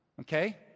Okay